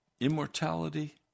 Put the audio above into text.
immortality